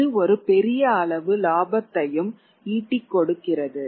இது ஒரு பெரிய அளவு லாபத்தையும் ஈட்டிக் கொடுக்கிறது